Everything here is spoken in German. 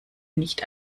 nicht